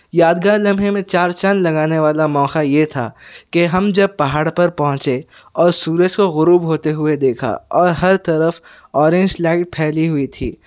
یادگار لمحے میں چار چاند لگانے والا موقع یہ تھا کہ ہم جب پہاڑ پر پہنچے اور سورج کو غروب ہوتے ہوئے دیکھا اور ہر طرف اورینج لائٹ پھیلی ہوئی تھی